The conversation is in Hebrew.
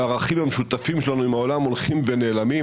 והערכים המשותפים שלנו עם העולם הולכים ונעלמים,